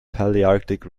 palearctic